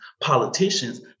politicians